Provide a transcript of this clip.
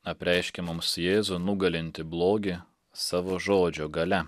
apreiškė mums jėzų nugalinti blogį savo žodžio galia